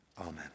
Amen